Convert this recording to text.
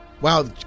Wow